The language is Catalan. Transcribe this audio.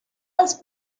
els